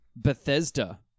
Bethesda